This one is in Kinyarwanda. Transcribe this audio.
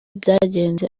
byagenze